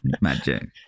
Magic